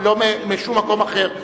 ולא משום מקום אחר,